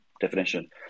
definition